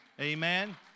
Amen